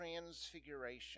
transfiguration